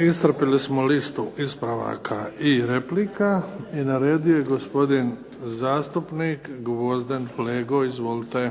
Iscrpili smo listu ispravaka i replika. I na redu je gospodin zastupnik Gvozden Flego. Izvolite.